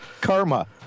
Karma